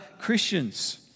Christians